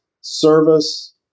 service